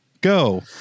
Go